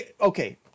Okay